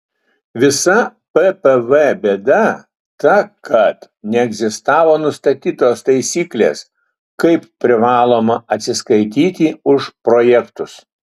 visa ppv bėda ta kad neegzistavo nustatytos taisyklės kaip privaloma atsiskaityti už projektus